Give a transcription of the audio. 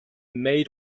maid